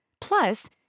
Plus